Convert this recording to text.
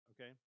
Okay